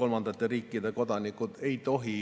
kolmandate riikide kodanikud ei tohi.